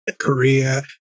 Korea